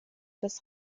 das